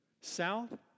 south